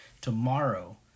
Tomorrow